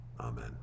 Amen